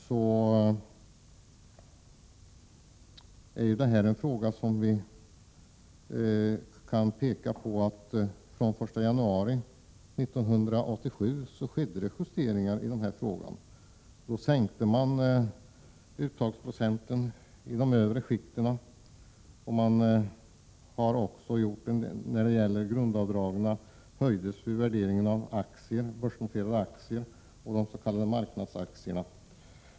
Vi kan i denna fråga hänvisa till att man den 1 januari 1987 sänkte uttagsprocenten i de övre skikten. Vidare höjdes grundavdraget vid värderingen av börsnoterade aktier och de s.k. marknadsaktierna.